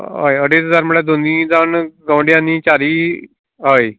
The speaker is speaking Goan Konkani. हय अडेज हजार म्हणळ्यार दोनूय जावन गोंवण्डे आनी चारीय हय